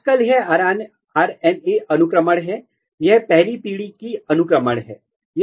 आजकल यह आरएनए अनुक्रमण है यह अगली पीढ़ी की अनुक्रमण है